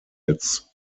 its